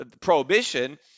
prohibition